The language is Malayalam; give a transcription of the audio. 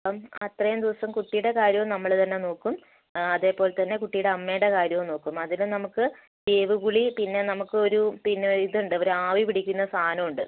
അത്രയും ദിവസം കുട്ടീടെ കാര്യവും നമ്മൾ തന്നെ നോക്കും അതേപോലെ തന്നെ കുട്ടീടെ അമ്മയുടെ കാര്യവും നോക്കും അതിന് നമുക്ക് വേവു കുളി പിന്നെ നമുക്ക് ഒരു പിന്നെ ഇത് ഉണ്ട് ഒരു ആവി പിടിക്കുന്ന സാധനം ഉണ്ട്